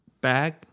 bag